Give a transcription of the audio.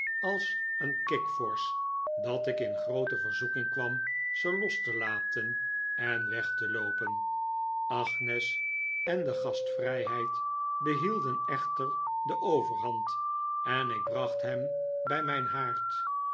als een kikvorsch dat ik in groote verzoeking kwam ze los te laten en weg te loopen agnes en de gastvrijheid behielden echter de overhand en ik bracht hem bij mijn haard